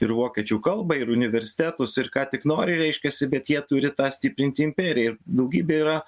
ir vokiečių kalbą ir universitetus ir ką tik nori reiškiasi bet jie turi tą stiprinti imperiją ir daugybė yra